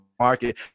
Market